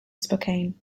spokane